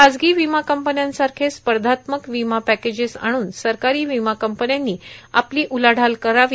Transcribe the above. खाजगी विमा कंपन्यासारखे स्पधात्मक विमा पॅकेजेस् आणून सरकारी विमा कंपन्यानी आपली उलाढाल करावी